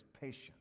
patient